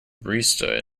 barista